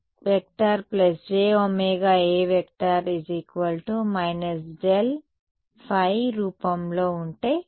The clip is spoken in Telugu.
కాబట్టి E jω A− ∇ ϕ రూపంలో ఉంటే